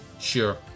sure